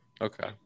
Okay